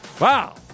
Wow